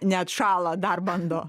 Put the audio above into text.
neatšąla dar bando